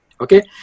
okay